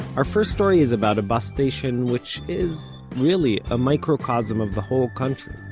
our first story is about a bus station which is, really, a microcosm of the whole country.